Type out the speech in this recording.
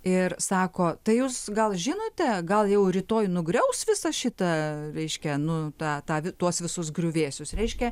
ir sako tai jūs gal žinote gal jau rytoj nugriaus visą šitą reiškia nu tą tą tuos visus griuvėsius reiškia